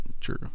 true